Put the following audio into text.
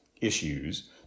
issues